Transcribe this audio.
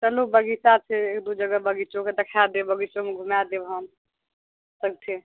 चलू बगीचा छै एक दू जगह बगीचोके देखाय देब बगीचोमे घूमाय देब हम सच्चे